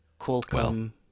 Qualcomm